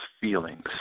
feelings